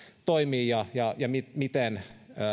toimii ja ja miten miten